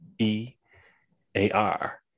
E-A-R